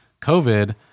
COVID